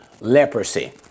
leprosy